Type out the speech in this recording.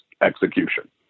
execution